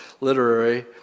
literary